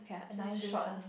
just short only